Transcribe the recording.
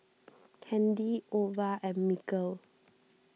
Kandy Ova and Mikel